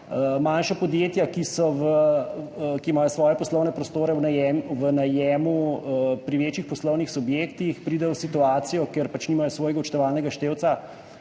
Manjša podjetja, ki imajo svoje poslovne prostore v najemu pri večjih poslovnih subjektih, pridejo v situacijo, ker pač nimajo svojega odštevalnega števca,